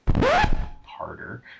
Harder